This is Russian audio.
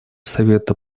совета